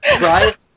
Right